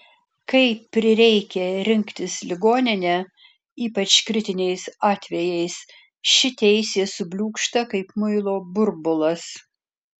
kai prireikia rinktis ligoninę ypač kritiniais atvejais ši teisė subliūkšta kaip muilo burbulas